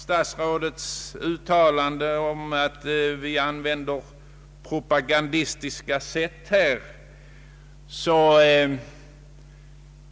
Statsrådet anmärkte att vi använder propagandistiska talesätt.